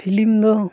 film ᱫᱚ